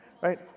right